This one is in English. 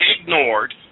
ignored